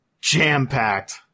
jam-packed